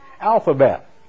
alphabet